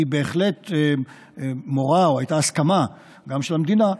היא בהחלט מורה, הייתה הסכמה גם של המדינה לרדד,